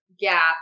gap